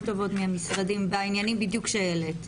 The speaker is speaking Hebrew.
טובות מהמשרדים בעניינים בדיוק שהעלית.